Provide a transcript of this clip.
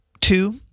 Two